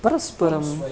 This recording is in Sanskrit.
परस्परं